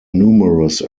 numerous